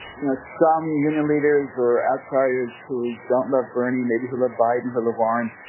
you know, some union leaders or outsiders who don't love bernie, maybe who love biden or lavaughn,